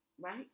right